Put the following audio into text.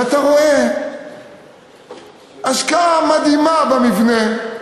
ואתה רואה השקעה מדהימה במבנה,